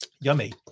yummy